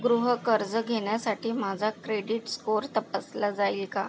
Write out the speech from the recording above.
गृहकर्ज घेण्यासाठी माझा क्रेडिट स्कोअर तपासला जाईल का